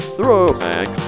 Throwback